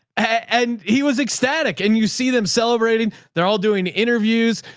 and he was ecstatic. and you see them celebrating, they're all doing interviews.